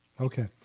Okay